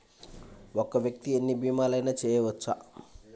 ఒక్క వ్యక్తి ఎన్ని భీమలయినా చేయవచ్చా?